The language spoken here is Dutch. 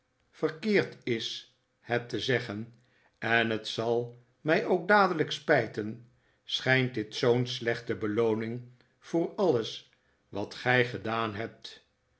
verkeerd is het te zeggen en het zal mij ook dadelijk spijten schijnt dit zoo'n slechte belooning voor alles wat gij gedaan hebt